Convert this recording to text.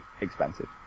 expensive